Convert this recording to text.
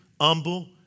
humble